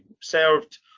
served